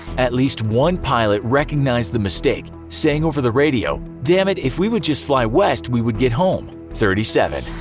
at least one pilot recognized the mistake, saying over the radio damnit, if we would just fly west, we would get home. thirty seven.